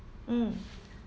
mm